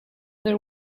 their